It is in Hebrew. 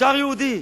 נשאר יהודי.